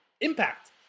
impact